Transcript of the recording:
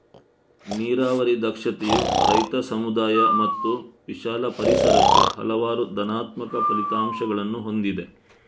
ನೀರಾವರಿ ದಕ್ಷತೆಯು ರೈತ, ಸಮುದಾಯ ಮತ್ತು ವಿಶಾಲ ಪರಿಸರಕ್ಕೆ ಹಲವಾರು ಧನಾತ್ಮಕ ಫಲಿತಾಂಶಗಳನ್ನು ಹೊಂದಿದೆ